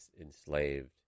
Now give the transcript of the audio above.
enslaved